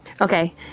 Okay